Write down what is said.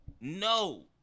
No